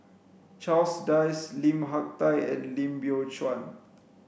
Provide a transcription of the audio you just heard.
Charles Dyce Lim Hak Tai and Lim Biow Chuan